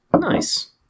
Nice